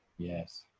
Yes